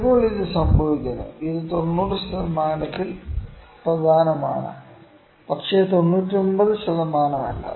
ചിലപ്പോൾ അത് സംഭവിക്കുന്നു ഇത് 90 ശതമാനത്തിൽ പ്രധാനമാണ് പക്ഷേ 99 ശതമാനമല്ല